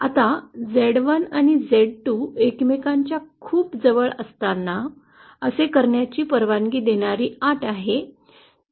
आता झेड १ आणि झेड २ एकमेकांच्या खूप जवळ असताना असे करण्याची परवानगी देणारी अट आहे